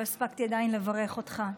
לא הספקתי עדיין לברך אותך.